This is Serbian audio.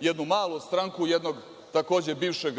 jednu malu stranku jednog takođe bivšeg